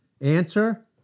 Answer